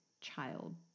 child